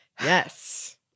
yes